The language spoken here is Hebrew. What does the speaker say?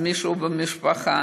אז מישהו במשפחה.